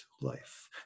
life